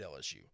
LSU